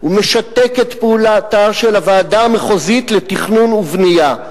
והוא משתק את פעולתה של הוועדה המחוזית לתכנון ובנייה,